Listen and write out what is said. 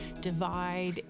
divide